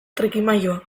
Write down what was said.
trikimailua